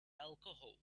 alcohol